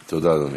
תודה, אדוני.